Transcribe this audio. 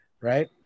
right